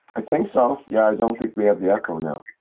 i think so, yeah i don't think we have the echo now.